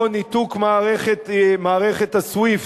או ניתוק מערכת ה-SWIFT,